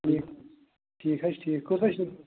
ٹھیٖک ٹھیٖک حظ چھُ ٹھیٖک کوٗتاہ چھُ